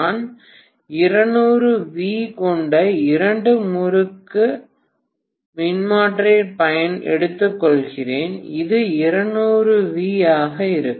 நான் 220 வி கொண்ட இரண்டு முறுக்கு மின்மாற்றியை எடுத்துக்கொள்கிறேன் இது 220 வி ஆகும்